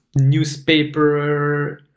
newspaper